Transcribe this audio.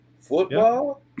football